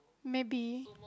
maybe